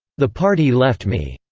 the party left me.